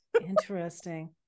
Interesting